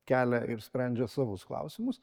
kelia ir sprendžia savus klausimus